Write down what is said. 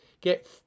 get